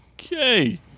okay